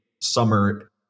summer